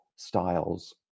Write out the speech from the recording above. Styles